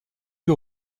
vue